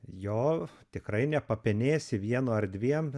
jo tikrai nepapenėsi vienu ar dviem